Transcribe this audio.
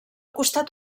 costat